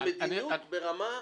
זו מדיניות ברמה הזו.